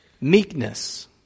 meekness